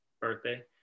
birthday